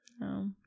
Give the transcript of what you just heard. no